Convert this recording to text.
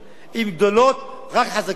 אם גדולות, רק חזקים יבואו.